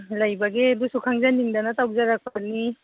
ꯂꯩꯕꯒꯦ ꯑꯗꯨꯁꯨ ꯈꯪꯖꯅꯤꯡꯗꯅ ꯇꯧꯖꯔꯛꯄꯅꯤ